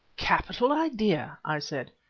capital idea, i said,